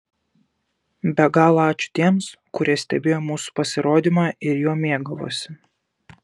be galo ačiū tiems kurie stebėjo mūsų pasirodymą ir juo mėgavosi